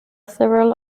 several